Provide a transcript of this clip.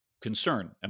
concern